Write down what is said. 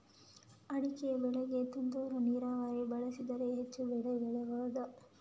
ಅಡಿಕೆ ಬೆಳೆಗೆ ತುಂತುರು ನೀರಾವರಿ ಬಳಸಿದರೆ ಹೆಚ್ಚು ಬೆಳೆ ಬೆಳೆಯಬಹುದಾ?